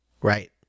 Right